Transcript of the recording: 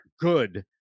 good